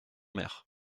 mère